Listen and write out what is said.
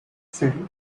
city